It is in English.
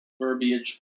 verbiage